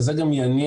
וזה גם יניע,